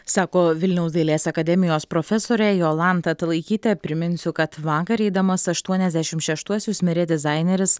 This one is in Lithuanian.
sako vilniaus dailės akademijos profesorė jolanta talaikytė priminsiu kad vakar eidamas aštuoniasdešimt šeštuosius mirė dizaineris